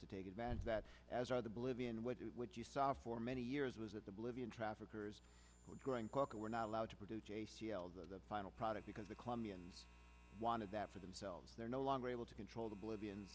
to take advantage of that as are the bolivian with what you saw for many years was that the bolivian traffickers were growing kaka were not allowed to produce j c l the final product because the colombian wanted that for themselves they're no longer able to control the bolivian